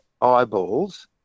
eyeballs